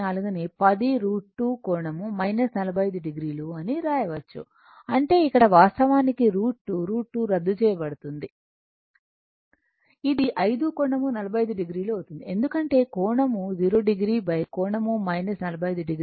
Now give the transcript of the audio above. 14 ని 10 √ 2 కోణం 45 o అని వ్రాయచ్చు అంటే ఇక్కడ వాస్తవానికి √ 2 √ 2 రద్దు చేయబడుతుంది ఇది 5 కోణం 45 o అవుతుంది ఎందుకంటే కోణం 0 o కోణం 45 o